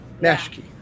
Nashki